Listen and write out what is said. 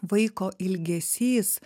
vaiko ilgesys